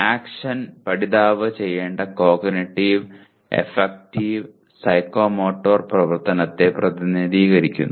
action പഠിതാവ് ചെയ്യേണ്ട cognitive affective psychomotor പ്രവർത്തനത്തെ പ്രതിനിധീകരിക്കുന്നു